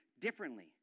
differently